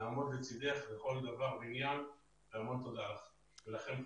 נעמוד לצדך בכול דבר ועניין והמון תודה לך ולכם,